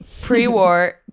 Pre-war